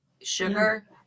sugar